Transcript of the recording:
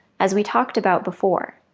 as we talked about before.